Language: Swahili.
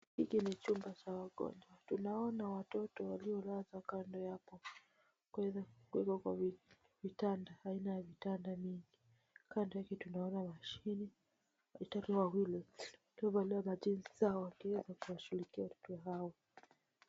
Hiki ni chumba cha wagonjwa. Tunaona watoto waliolazwa kando yapo kuweza kuwekwa kwa vitanda aina ya vitanda mingi. Kando yake tunaona mashini, daktari wawili waliovalia majinsi zao wakiweza kuwashughulikia watoto hao.